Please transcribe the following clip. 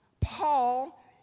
Paul